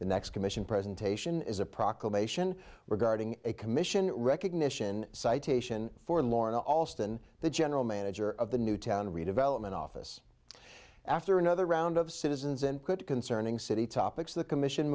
the next commission presentation is a proclamation regarding a commission recognition citation for lauren alston the general manager of the newtown redevelopment office after another round of citizens and could concerning city topics the commission